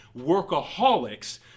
workaholics